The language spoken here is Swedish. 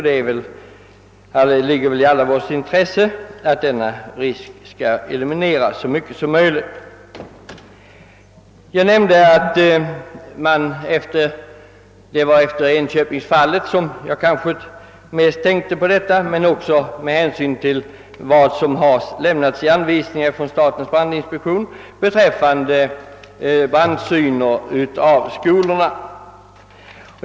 Det ligger i allas intresse att dessa risker elimineras. Jag nämnde att kanske främst skolbranden i Enköping aktualiserat min interpellation. Men interpellationen har också föranletts av de anvisningar som har lämnats från statens brandinspektion beträffande brandsynen i skolorna.